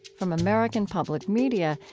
from american public media,